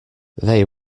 they